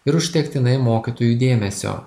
ir užtektinai mokytojų dėmesio